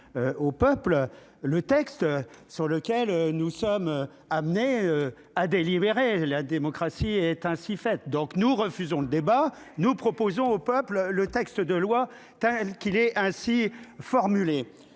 Au peuple. Le texte sur lequel nous sommes amenés à délibérer. La démocratie est ainsi faite, donc nous refusons le débat. Nous proposons au peuple. Le texte de loi telle qu'il est ainsi formulée